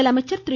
முதலமைச்சர் திரு